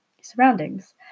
surroundings